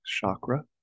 Chakra